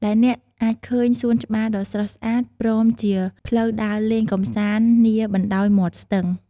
ដែលអ្នកនឹងអាចឃើញសួនច្បារដ៏ស្រស់ស្អាត ព្រមជាផ្លូវដើរលេងកម្សាន្តនាបណ្តោយមាត់ស្ទឹង។